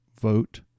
vote